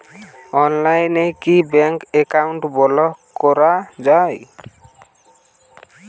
অনলাইনে কি bank account block করা য়ায়?